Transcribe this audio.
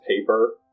paper